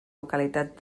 localitat